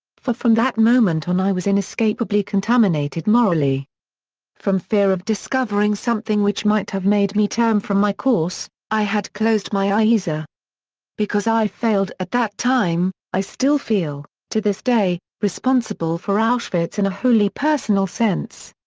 for from that moment on i was inescapably contaminated morally from fear of discovering something which might have made me turn from my course, i had closed my eyes. ah because i failed at that time, i still feel, to this day, responsible for auschwitz in a wholly personal sense.